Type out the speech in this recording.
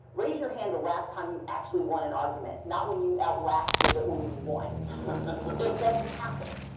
raise your hand the last time you actually won an argument. not when you outlasted, but when you won. it doesn't happen.